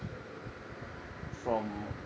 from